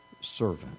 servant